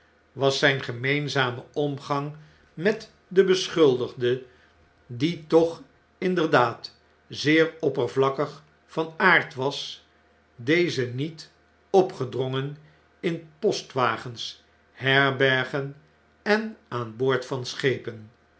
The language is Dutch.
was zijn gemeenzame omgang met den beschuldigde die toch inderdaad zeer oppervlakkig van aard was dezen niet opgedrongen in postwagens herbergen en aan boord van schepen